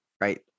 Right